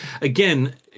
Again